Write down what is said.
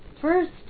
First